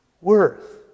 worth